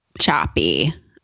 choppy